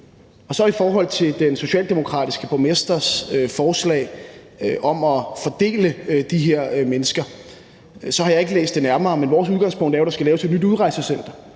Hvad angår den socialdemokratiske borgmesters forslag om at fordele de her mennesker, så har jeg ikke læst nærmere om det, men vores udgangspunkt er jo, at der skal laves et nyt udrejsecenter,